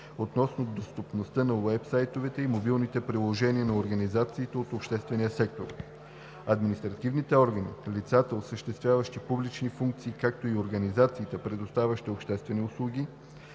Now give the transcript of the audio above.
относно достъпността на уебсайтовете и мобилните приложения на организациите от обществения сектор. Административните органи, лицата, осъществяващи публични функции, както и организациите, предоставящи обществени услуги,